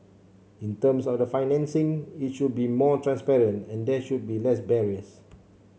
in terms of the financing it should be more transparent and there should be less barriers